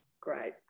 Great